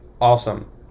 awesome